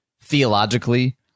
theologically